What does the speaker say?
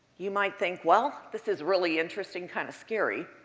you might think, well, this is really interesting, kind of scary,